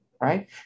right